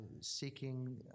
seeking